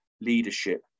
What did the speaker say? leadership